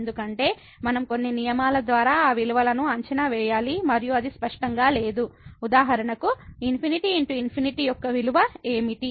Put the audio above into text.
ఎందుకంటే మనం కొన్ని నియమాల ద్వారా ఆ విలువలను అంచనా వేయాలి మరియు అది స్పష్టంగా లేదు ఉదాహరణకు ∞×∞ యొక్క విలువ ఏమిటి